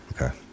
Okay